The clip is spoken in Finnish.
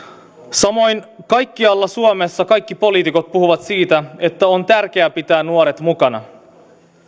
samoin kaikkialla suomessa kaikki poliitikot puhuvat siitä että on tärkeää pitää nuoret mukana